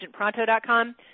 agentpronto.com